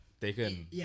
Taken